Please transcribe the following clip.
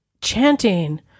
chanting